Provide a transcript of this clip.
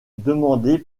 demandé